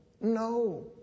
no